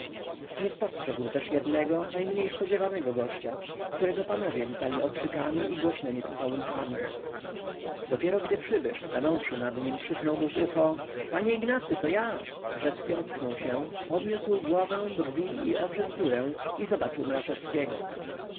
nie spostrzegł też jednego najmniej spodziewanego gościa którego panowie witali okrzykami i głośnemi pocałunkami dopiero gdy przybysz stanąwszy nad nim krzyknął mu w ucho panie ignacy to ja rzecki ocknął się podniósł głowę brwi i oczy w górę i zobaczył mraczewskiego